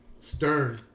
Stern